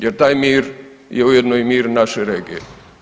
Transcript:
Jer taj mir je ujedno i mir naše regije.